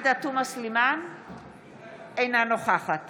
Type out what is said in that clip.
אינה נוכחת